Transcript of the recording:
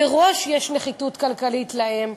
מראש יש נחיתות כלכלית לאם.